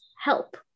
help